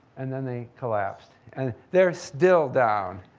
and then they collapsed. and they're still down.